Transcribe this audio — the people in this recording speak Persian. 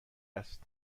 است